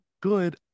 good